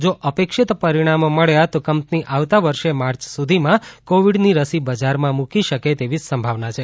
જો અપેક્ષીત પરિણામો મળ્યા તો કંપની આવતા વર્ષે માર્ચ સુધીમાં કોવિડની રસી બજારમાં મૂકી શકે તેવી સંભાવના છે